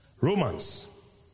Romans